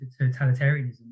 totalitarianism